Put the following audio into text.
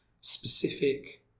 specific